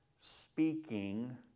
speaking